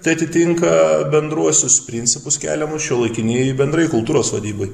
tai atitinka bendruosius principus keliamus šiuolaikinei bendrai kultūros vadybai